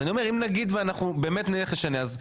אז אני אומר אם נגיד ואנחנו באמת נלך לשמה.